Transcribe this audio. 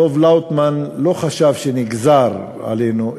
דב לאוטמן לא חשב שנגזר עלינו,